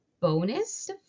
bonus